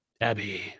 Abby